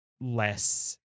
less